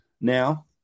now